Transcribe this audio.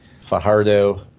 fajardo